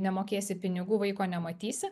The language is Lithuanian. nemokėsi pinigų vaiko nematysi